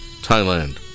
Thailand